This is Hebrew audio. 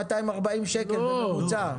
לא,